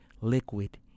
liquid